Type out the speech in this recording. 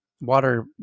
water